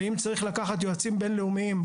ואם צריך לקחת יועצים בין לאומיים,